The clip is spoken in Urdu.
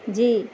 جی